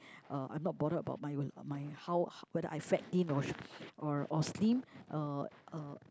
uh I'm not bothered about my my how whether I fat thin or or or slim uh